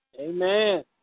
Amen